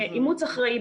אימוץ אחראי.